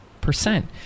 percent